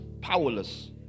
powerless